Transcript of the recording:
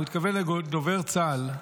הוא התכוון לדובר צה"ל,